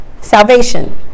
Salvation